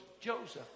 Joseph